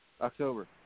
October